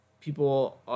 people